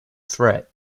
threat